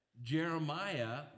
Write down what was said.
Jeremiah